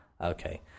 Okay